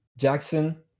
Jackson